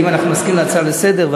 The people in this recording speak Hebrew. אם אנחנו נסכים להצעה לסדר-היום,